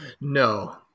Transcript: no